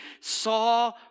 saw